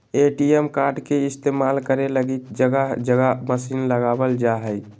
ATM card के इस्तेमाल करे लगी जगह जगह मशीन लगाबल जा हइ